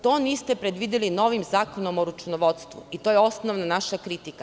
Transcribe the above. To niste predvideli novim Zakonom o računovodstvu i to je osnovna naša kritika.